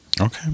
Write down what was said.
Okay